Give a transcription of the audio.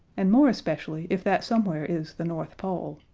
and more especially if that somewhere is the north pole.